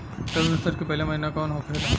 रबी फसल के पहिला महिना कौन होखे ला?